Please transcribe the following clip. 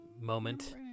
moment